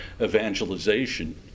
evangelization